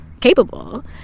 capable